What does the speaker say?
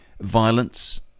violence